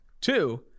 Two